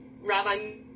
Rabbi